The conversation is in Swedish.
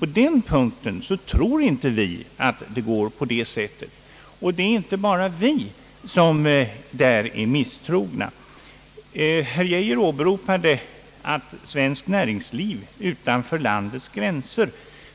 Vi för vår del tror inte det — och fler än vi är misstrogna. Herr Geijer åberopade att svenskt näringslivs representanter